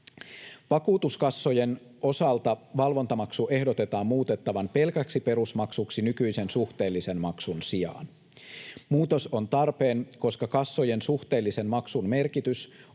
Vakuutuskassojen osalta valvontamaksu ehdotetaan muutettavan pelkäksi perusmaksuksi nykyisen suhteellisen maksun sijaan. Muutos on tarpeen, koska kassojen suhteellisen maksun merkitys